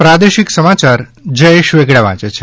પ્રાદેશિક સમાચાર જયેશ વેગડા વાંચે છે